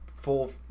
Full